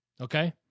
Okay